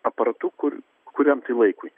aparatu kur kuriam tai laikui